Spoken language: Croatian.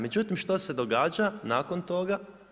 Međutim što se događa nakon toga?